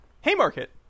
Haymarket